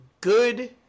Good